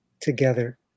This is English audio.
together